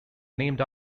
named